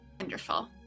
Wonderful